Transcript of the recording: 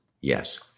Yes